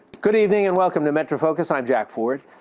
good evening and welcome to metrofocus. i'm jack ford.